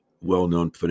well-known